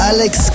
Alex